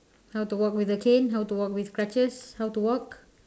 how to walk with a cane how to walk with crutches how to walk